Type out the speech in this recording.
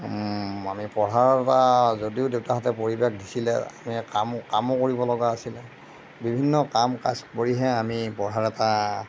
মানে পঢ়াৰ এটা যদিও দেউতাহঁতে পৰিৱেশ দিছিল আমি কাম কামো কৰিব লগা হৈছিল বিভিন্ন কাম কাজ কৰিহে আমি পঢ়াৰ এটা